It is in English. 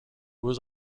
was